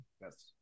Yes